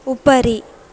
उपरि